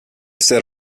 set